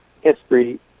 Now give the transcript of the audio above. history